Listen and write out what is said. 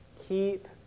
Keep